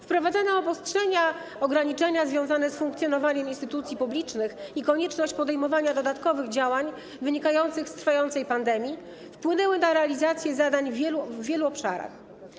Wprowadzone obostrzenia, ograniczenia związane z funkcjonowaniem instytucji publicznych i konieczność podejmowania dodatkowych działań wynikających z trwającej pandemii wpłynęły na realizację zadań w wielu obszarach.